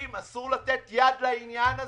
אסור לתת יד לעניין הזה.